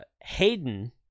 Hayden